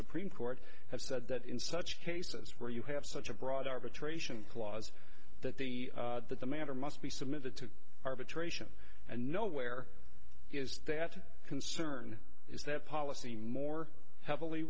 supreme court have said that in such cases where you have such a broad arbitration clause that the that the matter must be submitted to arbitration and nowhere is that concern is that policy more heavily